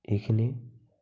এইখিনি